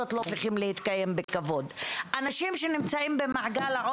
בהן אנחנו מאפשרים לאנשים שחיים בעוני